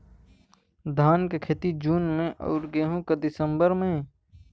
धान क खेती जून में अउर गेहूँ क दिसंबर में?